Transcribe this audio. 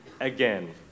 again